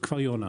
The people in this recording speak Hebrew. ליד כפר יונה.